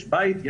יש בית,